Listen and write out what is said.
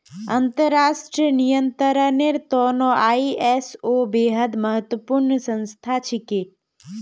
अंतर्राष्ट्रीय नियंत्रनेर त न आई.एस.ओ बेहद महत्वपूर्ण संस्था छिके